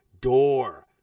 door